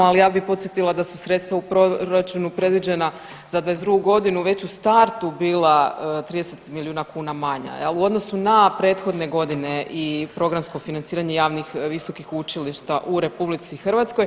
Ali ja bih podsjetila da su sredstva u proračunu predviđena za '22.g. već u startu bila 30 milijuna kuna manja jel u odnosu na prethodne godine i programsko financiranje javnih visokih učilišta u RH.